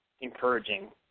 encouraging